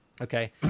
Okay